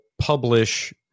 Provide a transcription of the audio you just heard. publish